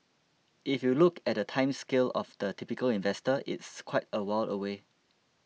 if you look at the time scale of the typical investor it's quite a while away